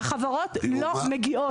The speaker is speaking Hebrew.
והחברות לא מגיעות.